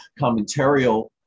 commentarial